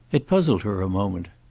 it puzzled her a moment.